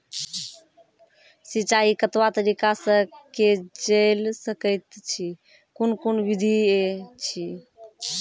सिंचाई कतवा तरीका सअ के जेल सकैत छी, कून कून विधि ऐछि?